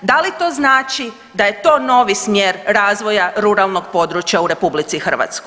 Da li to znači da je to novi smjer razvoja ruralnog područja u RH?